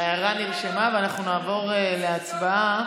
ההערה נרשמה, ואנחנו נעבור להצבעה.